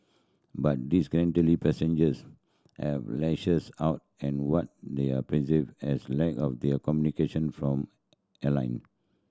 but disgruntled passengers have lashes out at what they are perceived as lack of their communication from airline